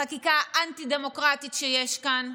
בחקיקה האנטי-דמוקרטית שיש כאן,